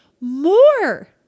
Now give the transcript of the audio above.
more